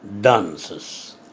dances